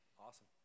Awesome